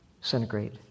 centigrade